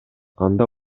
анда